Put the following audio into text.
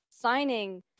signing